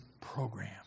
program